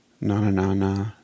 na-na-na-na